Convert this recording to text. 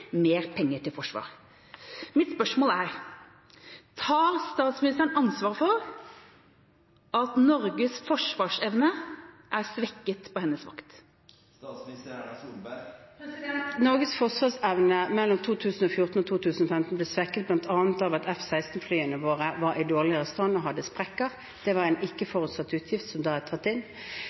mer penger til forsvar. Mitt spørsmål er: Tar statsministeren ansvar for at Norges forsvarsevne er svekket på hennes vakt? Norges forsvarsevne mellom 2014 og 2015 ble svekket bl.a. ved at F-16-flyene våre var i dårligere stand og hadde sprekker. Det var en ikke forutsatt utgift, som da er tatt inn.